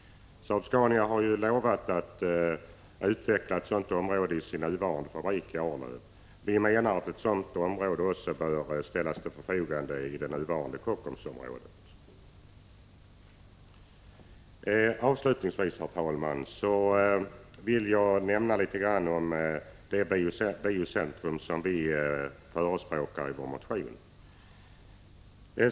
Saab-Scania har lovat att utveckla ett sådant område i sin nuvarande fabrik i Arlöv. Ett sådant område bör också ställas till förfogande i det nuvarande Kockumsområdet. Avslutningsvis, herr talman, vill jag nämna litet om det biocentrum som folkpartiet förespråkar i vår motion.